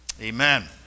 amen